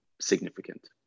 significant